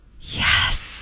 Yes